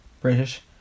British